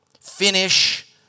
finish